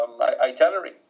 itinerary